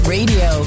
Radio